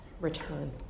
Return